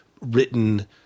written